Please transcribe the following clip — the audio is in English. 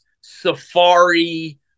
safari